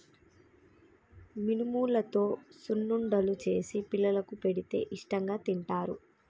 మినుములతో సున్నుండలు చేసి పిల్లలకు పెడితే ఇష్టాంగా తింటారు